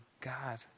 God